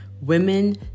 Women